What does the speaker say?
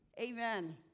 Amen